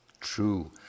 true